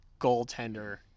goaltender